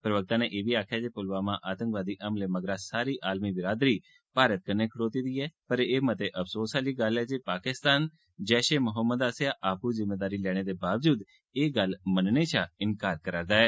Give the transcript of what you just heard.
प्रवक्ता नै आक्खेआ जे पुलवामा आतंकवादी हमले मगरा सारी आलमी बिरादरी भारत कन्नै खड़ोती दी ऐ पर एह बड़े अफसोस आली गल्ल ऐ जे पाकिस्तान जैष ए मोहम्मद आस्सेआ आपू जिम्मेदारी लैने दे बावजूद एह् गल्ल मनने षा इंकार करा'रदा ऐ